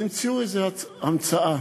אז המציאו איזה המצאה,